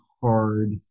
hard